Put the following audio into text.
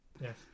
Yes